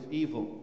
evil